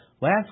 last